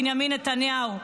בנימין נתניהו,